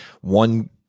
One